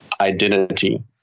identity